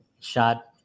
shot